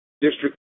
District